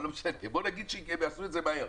אבל בוא נגיד שהם יעשו את זה מהר,